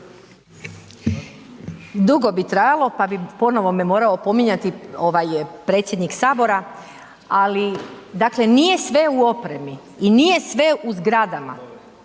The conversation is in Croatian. Dugo bi trajalo, pa bi ponovo me morao opominjati ovaj predsjednik HS, ali dakle nije sve u opremi i nije sve u zgradama,